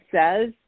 says